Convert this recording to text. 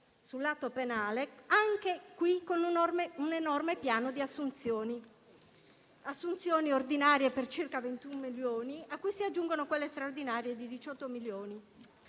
sul lato penale, anche in questo caso con un enorme piano di assunzioni ordinarie, per circa 21 milioni, a cui si aggiungono quelle straordinarie, per 18 milioni.